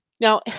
Now